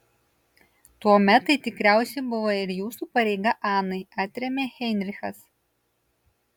tuomet tai tikriausiai buvo ir jūsų pareiga anai atrėmė heinrichas